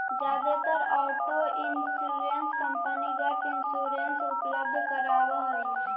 जादेतर auto insurance company gap insurance उपलब्ध करावऽ हई